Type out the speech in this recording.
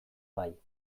bai